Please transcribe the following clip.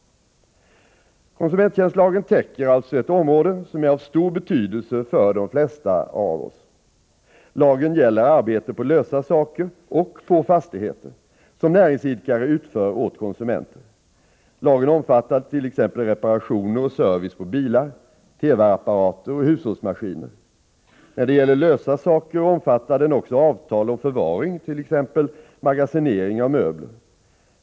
Komsumenttjänstlagen täcker alltså ett område som är av stor betydelse för de flesta av oss. Lagen gäller arbete på lösa saker och på fastigheter, som näringsidkare utför åt konsumenter. Lagen omfattar t.ex. reparationer och service på bilar, TV-apparater och hushållsmaskiner. När det gäller lösa saker omfattar den också avtal om förvaring, t.ex. magasinering av möbler.